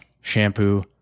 shampoo